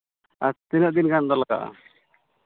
ᱟᱨ ᱛᱤᱱᱟᱹᱜ ᱫᱤᱱ ᱜᱟᱱ ᱫᱚ ᱞᱟᱜᱟᱜᱼᱟ